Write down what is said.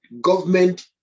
government